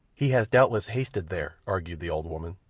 he has doubtless hastened there, argued the old woman.